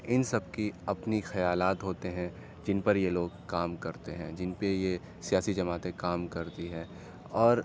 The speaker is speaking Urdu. ان سب کی اپنی خیالات ہوتے ہیں جن پر یہ لوگ کام کرتے ہیں جن پہ یہ سیاسی جماعتیں کام کرتی ہیں اور